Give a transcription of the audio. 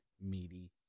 meaty